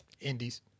Indies